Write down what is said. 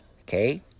Okay